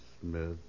Smith